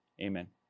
Amen